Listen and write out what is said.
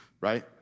right